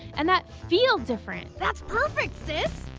and that feel different. that's perfect, sis!